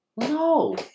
No